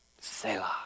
Selah